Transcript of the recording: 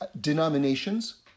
denominations